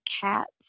cats